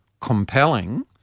compelling